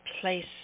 place